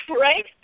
right